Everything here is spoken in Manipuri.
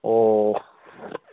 ꯑꯣ